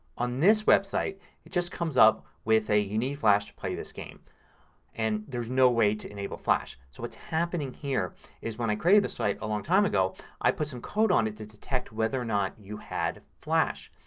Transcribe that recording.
on this website it just comes up with that you need flash to play this game and there's no way to enable flash. so what's happening here is when i created this site a long time ago i put some code on it to detect whether or not you had flash.